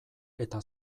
eta